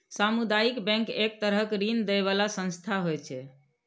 सामुदायिक बैंक एक तरहक ऋण दै बला संस्था होइ छै